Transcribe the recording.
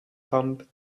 thumb